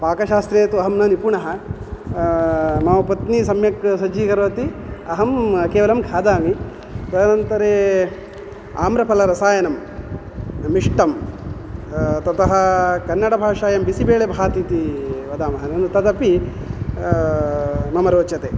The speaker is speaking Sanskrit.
पाकशास्त्रे तु अहं न निपुणः मम पत्नी सम्यक् सज्जीकरोति अहं केवलं खादामि तदनन्तरम् आम्रफलरसायनं मिष्टं ततः कन्नडभाषायां बिसिबेळेभात् इति वदामः तदपि मम रोचते